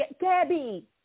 Gabby